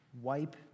wipe